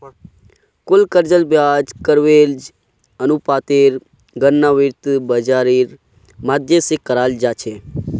कुल कर्जेर ब्याज कवरेज अनुपातेर गणना वित्त बाजारेर माध्यम से कराल जा छे